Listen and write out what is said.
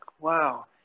wow